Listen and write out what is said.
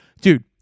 Dude